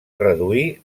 reduir